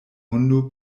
hundo